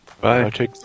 Bye